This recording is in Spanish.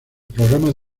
programas